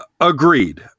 Agreed